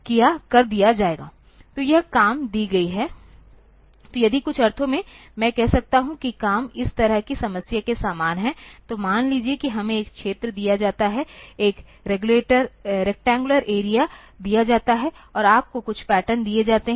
तो यह काम दी गई है तो यदि कुछ अर्थों में मैं कह सकता हूं कि काम इस तरह की समस्या के समान है तो मान लीजिए कि हमें एक क्षेत्र दिया जाता है एक रेक्टेंगुलर एरियादिया जाता है और आपको कुछ पैटर्न दिए जाते हैं